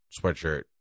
sweatshirt